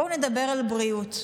בואו נדבר על בריאות.